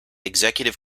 executive